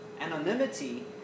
anonymity